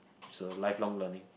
so lifelong learning